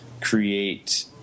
create